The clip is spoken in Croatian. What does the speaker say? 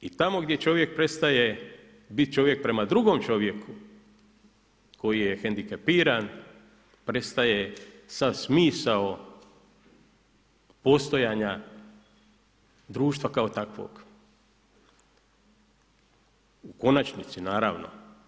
I tamo gdje čovjek prestaje biti čovjek prema drugom čovjeku koji je hendikepiran prestaje sav smisao postojanja društva kao takvog u konačnici naravno.